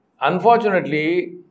unfortunately